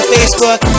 Facebook